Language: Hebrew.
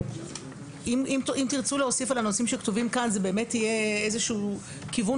אם תרצו להוסיף על הנושאים שכתובים כאן זה יהיה איזשהו כיוון